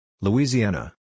Louisiana